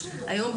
היום,